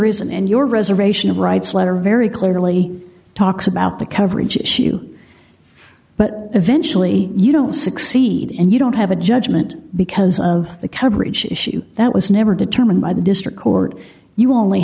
reason and your reservation rights letter very clearly talks about the coverage issue but eventually you don't succeed and you don't have a judgment because of the coverage issue that was never determined by the district court you only